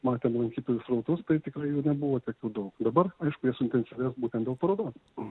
matėm lankytojų srautus tai tikrai jų nebuvo tiek jų daug dabar aišku jie suintensyvės būtent dėl parodos